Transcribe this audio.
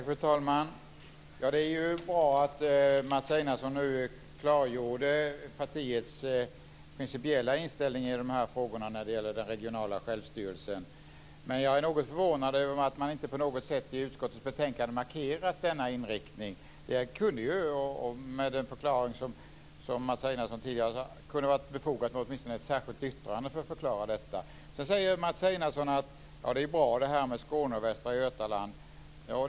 Fru talman! Det är bra att Mats Einarsson nu har klargjort partiets principiella inställning när det gäller den regionala självstyrelsen. Men jag är något förvånad över att man inte på något sätt markerat denna inriktning i utskottets betänkande. Det kunde ju, med den förklaring som Mats Einarsson tidigare gav, ha varit befogat med åtminstone ett särskilt yttrande för att förklara detta. Sedan säger Mats Einarsson att det här med Skåne och Västra Götaland är bra.